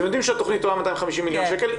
אתם יודעים שהתכנית עולה 250 מיליון שקל,